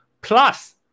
plus